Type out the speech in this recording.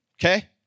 Okay